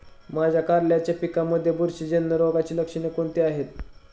माझ्या कारल्याच्या पिकामध्ये बुरशीजन्य रोगाची लक्षणे कोणती आहेत?